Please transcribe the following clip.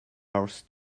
horse